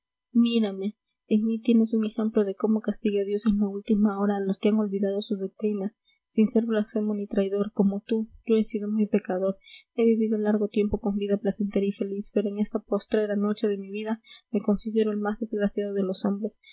mírame en mí tienes un ejemplo de cómo castiga dios en la última hora a los que han olvidado su doctrina sin ser blasfemo ni traidor como tú yo he sido muy pecador he vivido largo tiempo con vida placentera y feliz pero en esta postrera noche de mi vida me considero el más desgraciado de los hombres